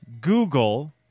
Google